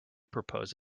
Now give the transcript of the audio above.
propose